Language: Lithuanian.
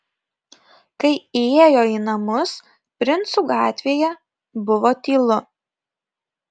kai įėjo į namus princų gatvėje buvo tylu